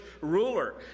ruler